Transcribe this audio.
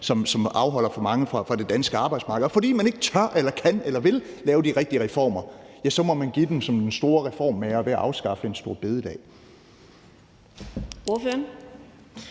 som afholder for mange fra at deltage på det danske arbejdsmarked. Og fordi man ikke tør eller kan eller vil lave de rigtige reformer, må man give den som den store reformmager ved at afskaffe en store bededag.